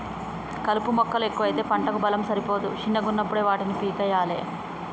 కలుపు మొక్కలు ఎక్కువైతే పంటకు బలం సరిపోదు శిన్నగున్నపుడే వాటిని పీకేయ్యలే